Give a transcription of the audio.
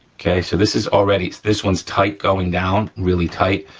okay, so this is already, this one's tight going down, really tight,